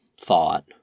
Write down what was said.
thought